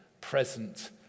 present